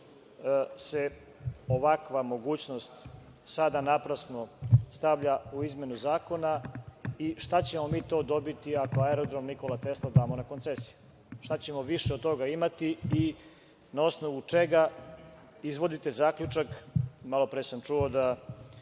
se ovakva mogućnost sada naprasno stavlja u izmenu zakona i šta ćemo mi to dobiti ako Aerodrom „Nikola Tesla“ damo na koncesiju, šta ćemo više od toga imati i na osnovu čega izvodite zaključak? Malopre sam čuo,